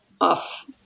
off